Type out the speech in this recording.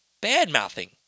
bad-mouthing